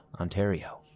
Ontario